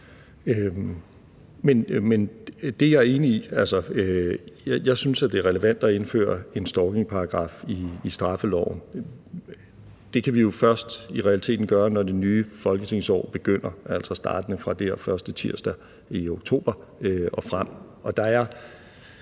Det er jeg enig i. Altså, jeg synes, det er relevant at indføre en stalkingparagraf i straffeloven. Det kan vi jo først i realiteten gøre, når det nye folketingsår begynder, altså startende fra første tirsdag i oktober og frem. Og da det